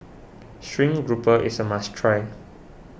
Stream Grouper is a must try